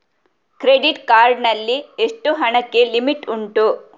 Credit card ನಲ್ಲಿ ಎಷ್ಟು ಹಣಕ್ಕೆ ಲಿಮಿಟ್ ಉಂಟು?